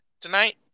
tonight